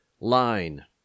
line